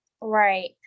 Right